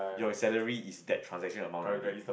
your salary is that transaction amount already